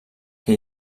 que